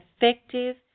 effective